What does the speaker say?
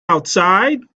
outside